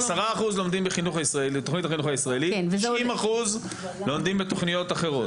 10% לומדים בתוכנית החינוך הישראלית ו-90% לומדים בתוכניות אחרות.